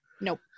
Nope